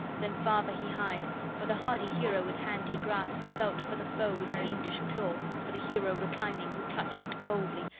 then farther he hied for the hardy hero with hand he grasped, felt for the foe with fiendish claw, for the hero reclining, who clutched it boldly,